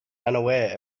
unaware